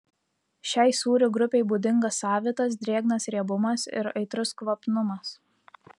šiai sūrių grupei būdingas savitas drėgnas riebumas ir aitrus kvapnumas